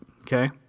okay